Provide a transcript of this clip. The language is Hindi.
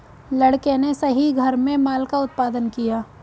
लड़के ने सही घर में माल का उत्पादन किया